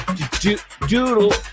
Doodle